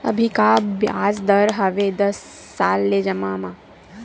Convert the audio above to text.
अभी का ब्याज दर हवे दस साल ले जमा मा?